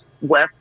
west